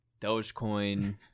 Dogecoin